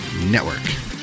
network